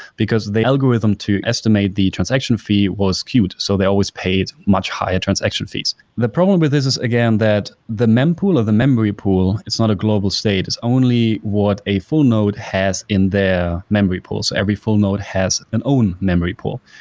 because they algorithm to estimate the transaction fee was queued. so they always paid much higher transaction fees. the problem with this is, again, that the mempool, or the memory pool, it's not a global state. it's only what a full node has in their memory pools. so every full node has an own memory pool.